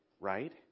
right